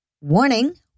Warning